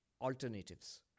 alternatives